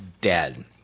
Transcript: dead